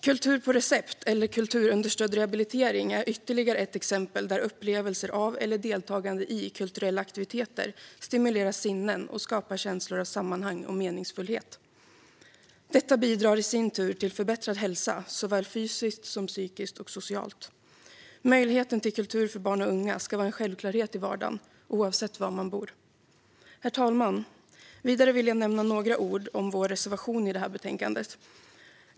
Kultur på recept eller kulturunderstödd rehabilitering är ytterligare ett exempel där upplevelser av eller deltagande i kulturella aktiviteter stimulerar sinnen och skapar känslor av sammanhang och meningsfullhet. Detta bidrar i sin tur till förbättrad hälsa, såväl fysiskt som psykiskt och socialt. Möjligheten till kultur för barn och unga ska vara en självklarhet i vardagen, oavsett var man bor. Herr talman! Vidare vill jag nämna några ord om vår reservation i det här betänkandet.